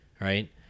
Right